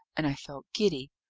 and i felt giddy.